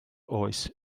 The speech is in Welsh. oes